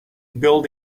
build